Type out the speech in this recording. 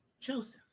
Joseph